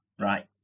right